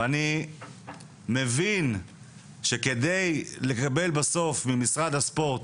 ואני מבין שכדי לקבל בסוף ממשרד הספורט,